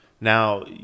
Now